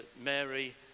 Mary